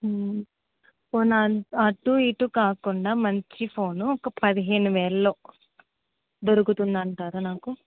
పొనీ అటు ఇటు కాకుండా మంచి ఫోను ఒక పదిహేను వేల్లో దొరుకుతుందంటారా నాకు